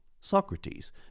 Socrates